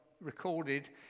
recorded